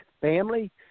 family